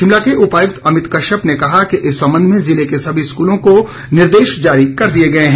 शिमला के उपायुक्त अमित कश्यप ने कहा है कि इस सम्बंध में जिले के सभी स्कूलों को निर्देश जारी कर दिये गए हैं